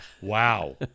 Wow